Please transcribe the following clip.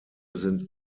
sind